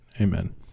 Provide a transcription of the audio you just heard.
Amen